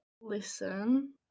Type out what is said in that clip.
listen